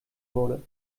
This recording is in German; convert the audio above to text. wurde